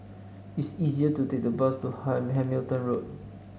it's easier to take the bus to Hamilton Road